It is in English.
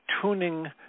tuning